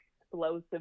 explosive